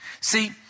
See